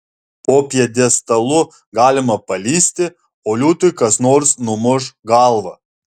po pjedestalu galima palįsti o liūtui kas nors numuš galvą